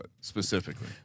specifically